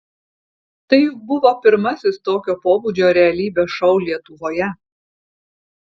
tai juk buvo pirmasis tokio pobūdžio realybės šou lietuvoje